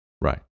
Right